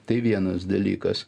tai vienas dalykas